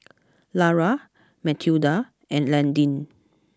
Lara Mathilda and Landin